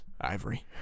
Ivory